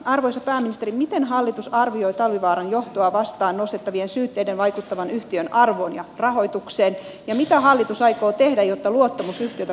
arvoisa pääministeri miten hallitus arvioi talvivaaran johtoa vastaan nostettavien syytteiden vaikuttavan yhtiön arvoon ja rahoitukseen ja mitä hallitus aikoo tehdä jotta luottamus yhtiötä kohtaan palautuisi